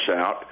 out